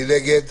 מי נגד?